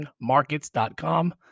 markets.com